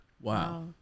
Wow